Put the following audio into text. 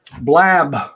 Blab